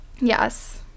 Yes